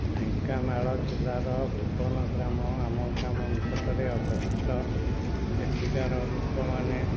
ଢେଙ୍କାନାଳ ଜିଲ୍ଲାର ଭୁବନ ଗ୍ରାମ ଆମ ଗ୍ରାମ ନିକଟରେ ଅବସ୍ଥିତ ଏଠିକାର ଲୋକମାନେ